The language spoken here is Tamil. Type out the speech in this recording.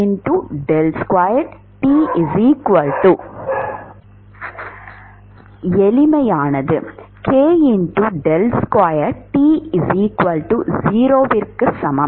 k T 0 க்கு சமம்